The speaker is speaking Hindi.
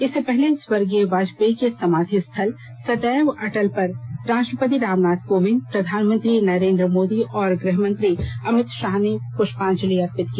इससे पहले स्वर्गीय बाजपेयी के समाधि स्थल सदैव अटल पर राष्ट्रपति रामनाथ कोविंद प्रधानमंत्री नरेंद्र मोदी और गृह मंत्री अमित शाह ने पुष्पांजलि अर्पित की